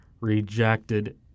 rejected